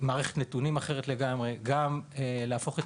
מערכת נתונים אחרת לגמרי; גם להפוך את